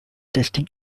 testing